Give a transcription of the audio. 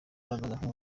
agaragara